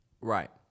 Right